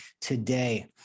today